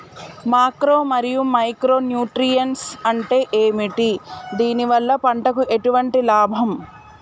Macro మరియు micro nutrients అంటే ఏమిటి? దీనివల్ల పంటకు ఎటువంటి లాభం?